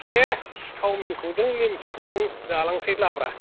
दे सावमिन खौजों निमखिखौजों जालांनोसै लाब्रा